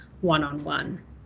one-on-one